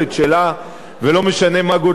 ולא משנה מה גודלה של הקואליציה,